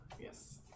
Yes